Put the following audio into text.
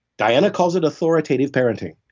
diana calls it authoritative parenting.